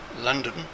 London